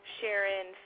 Sharon